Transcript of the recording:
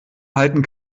halten